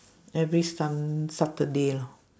every sun~ saturday lor